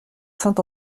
saint